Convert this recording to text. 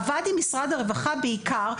עבד עם משרד הרווחה בעיקר,